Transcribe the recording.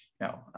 No